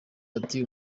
ati